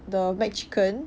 the mcchicken